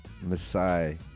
Masai